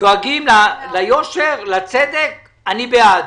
דואגים ליושר ולצדק, אני בעד.